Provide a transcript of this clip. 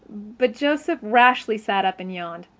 but joseph rashly sat up and yawned.